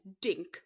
dink